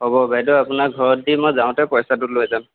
হ'ব বাইদেউ আপোনাক ঘৰত দি মই যাওঁতে পইচাটো লৈ যাম